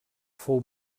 fou